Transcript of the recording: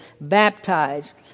baptized